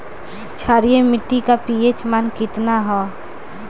क्षारीय मीट्टी का पी.एच मान कितना ह?